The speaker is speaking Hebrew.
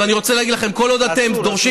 אני רוצה להגיד לכם: כל עוד אתם דורשים